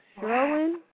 Sherwin